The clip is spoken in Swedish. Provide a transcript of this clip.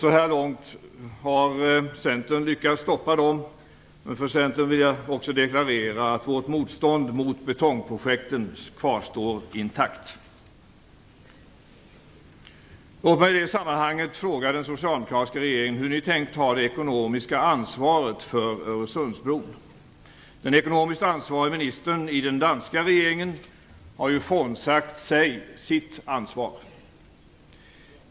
Så här långt har Centern lyckats stoppa dem. För Centern vill jag också deklarera att vårt motstånd mot betongprojekten kvarstår intakt. Låt mig i det sammanhanget fråga den socialdemokratiska regeringen hur ni tänkt ta det ekonomiska ansvaret för Öresundsbron. Den ekonomiskt ansvarige ministern i den danska regeringen har ju frånsagt sig sitt ansvar.